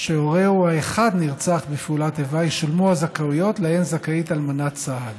שהורהו האחד נרצח בפעולת איבה ישולמו הזכאויות שלהן זכאית אלמנת צה"ל.